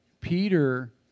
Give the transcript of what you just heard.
Peter